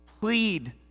Plead